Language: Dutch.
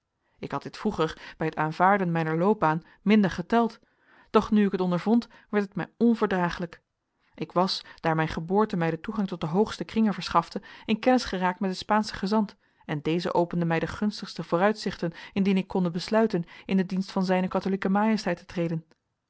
ik had dit vroeger bij t aanvaarden mijner loopbaan minder geteld doch nu ik het ondervond werd het mij onverdraaglijk ik was daar mijn geboorte mij den toegang tot de hoogste kringen verschafte in kennis geraakt met den spaanschen gezant en deze opende mij de gunstigste vooruitzichten indien ik konde besluiten in den dienst van z katholieke majesteit te treden